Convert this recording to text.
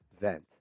vent